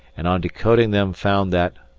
and on decoding them found that,